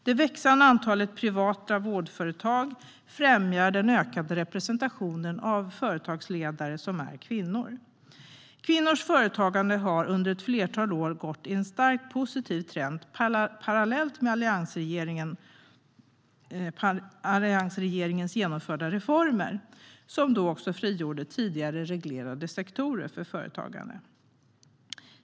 Det växande antalet privata vårdföretag främjar den ökade representationen av företagsledare som är kvinnor. Kvinnors företagande har under ett flertal år följt en starkt positiv trend parallellt med att alliansregeringen genomfört reformer som frigjort tidigare reglerade sektorer för företagande.